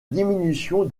diminution